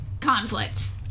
conflict